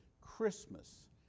Christmas